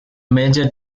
major